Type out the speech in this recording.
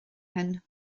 hyn